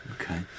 Okay